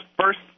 first